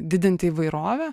didinti įvairovę